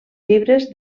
fibres